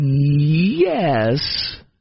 Yes